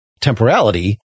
temporality